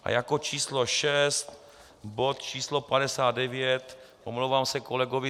A jako číslo šest bod číslo 59 omlouvám se kolegovi